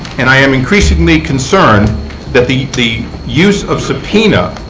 and i am increasingly concerned that the the use of subpoena,